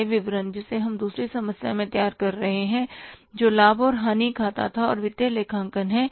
आय विवरण जिसे हम दूसरी समस्या में तैयार करते हैं जो लाभ और हानि खाता था और वित्तीय लेखांकन है